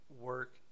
work